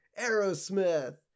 Aerosmith